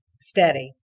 steady